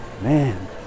man